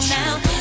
now